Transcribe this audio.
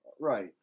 Right